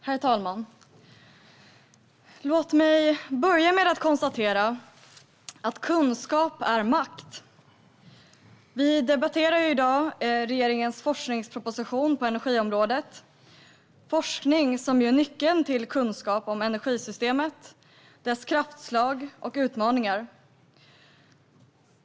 Herr talman! Låt mig börja med att konstatera att kunskap är makt! Vi debatterar i dag regeringens forskningsproposition på energiområdet. Forskning är nyckeln till kunskap om energisystemet och dess kraftslag och utmaningar.